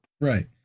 Right